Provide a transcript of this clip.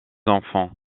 enfants